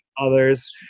others